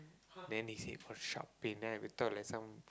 then they said oh sharp pain then we thought like some